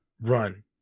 run